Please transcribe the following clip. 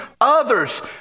Others